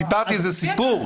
סיפרתי איזה סיפור?